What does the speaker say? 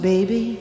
Baby